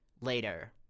later